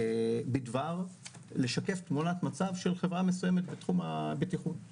בדבר שיקוף תמונת מצב של חברה מסוימת בתחום הבטיחות.